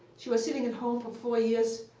she was sitting at home for four years